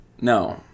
No